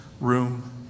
room